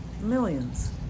millions